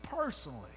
personally